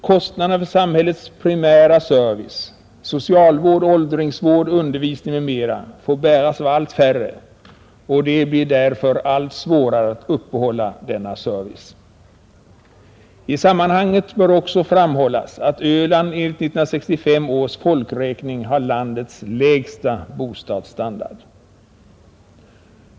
Kostnaderna för samhällets primära service, socialvård, åldringsvård, undervisning m.m., får bäras av allt färre och det blir därför allt svårare att uppehålla denna service. I sammanhanget bör också framhållas att Öland enligt 1965 års folkräkning har landets lägsta bostadsstandard.